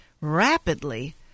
rapidly